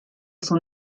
son